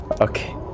Okay